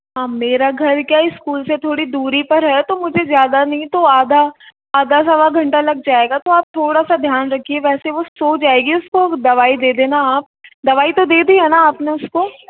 हाँ मेरा घर क्या स्कूल से थोड़ी दूरी पर है तो मुझे ज़्यादा नहीं तो आधा आधा सवा घंटा लग जाएगा तो आप थोड़ा सा ध्यान रखिए वैसे वो सो जाएगी उसको दवाई दे देना आप दवाई तो दे दिया ना आपने उसको